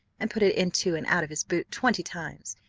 and put it into and out of his boot twenty times,